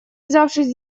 взявшись